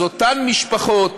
אז אותן משפחות